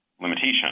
limitation